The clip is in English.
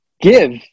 give